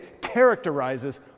characterizes